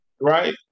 right